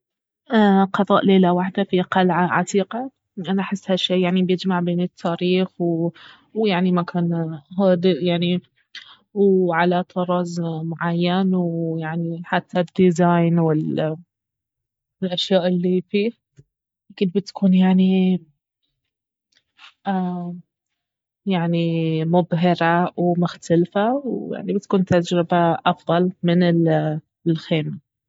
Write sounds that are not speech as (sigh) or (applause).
قضاء ليلة وحدة في قلعة عتيقة لانه احس هالشي يعني بيجمع بين التاريخ ويعني مكان هادئ يعني وعلى طراز معين ويعني حتى الديزاين والاشياء الي فيه اكيد بتكون يعني (hesitation) يعني مبهرة ومختلفة ويعني بتكون تجربة افضل من الخيمة